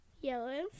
Yellow